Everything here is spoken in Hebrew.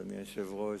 אדוני היושב-ראש,